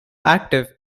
active